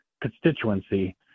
constituency